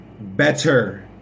better